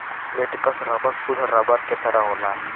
latex rubber सुद्ध rubber के तरह होला